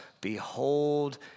Behold